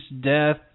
death